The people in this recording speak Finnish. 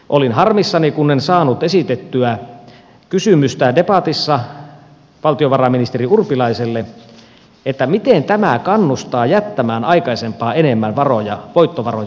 olin harmissani kun en saanut esitettyä kysymystä debatissa valtiovarainministeri urpilaiselle miten tämä kannustaa jättämään aikaisempaa enemmän voittovaroja yhtiöön